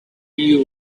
you